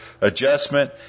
adjustment